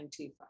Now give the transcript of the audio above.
Antifa